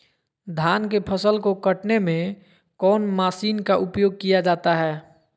धान के फसल को कटने में कौन माशिन का उपयोग किया जाता है?